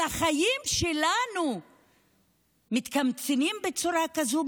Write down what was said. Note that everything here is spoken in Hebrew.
על החיים שלנו מתקמצנים בצורה כזאת?